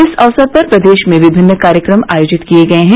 इस अवसर पर प्रदेश में विभिन्न कार्यक्रम आयोजित किए गये हैं